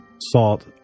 salt